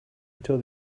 until